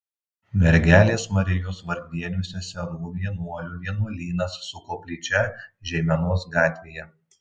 mergelės marijos vargdienių seserų vienuolių vienuolynas su koplyčia žeimenos gatvėje